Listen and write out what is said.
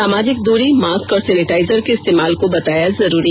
सामाजिक दूरी मास्क और सैनिटाईजर के इस्तेमाल को बताया जरूरी